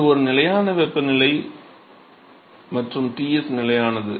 இது ஒரு நிலையான வெப்பநிலை நிலை மற்றும் Ts நிலையானது